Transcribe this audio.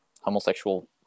homosexual